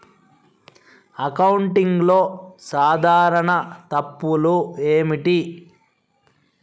అకౌంటింగ్లో సాధారణ తప్పులు ఏమిటి?